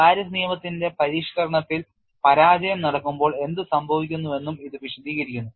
Paris നിയമത്തിന്റെ പരിഷ്ക്കരണത്തിൽ പരാജയം നടക്കുമ്പോൾ എന്തുസംഭവിക്കുന്നുവെന്നും ഇത് വിശദീകരിക്കുന്നു